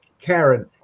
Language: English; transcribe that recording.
karen